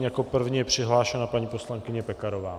Jako první je přihlášena paní poslankyně Pekarová.